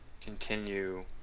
continue